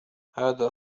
هذا